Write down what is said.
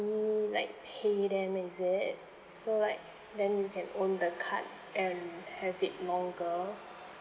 like pay them is it so like then you can own the card and have it longer